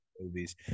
movies